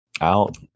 out